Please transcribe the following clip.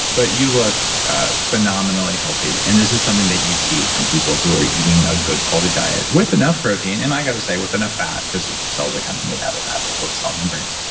but you look phenomenally healthy and this is something that you see from people who are eating a good quality diet with enough protein. and i got to say with enough fat because your cells are kind of made out of that, those little cell membranes.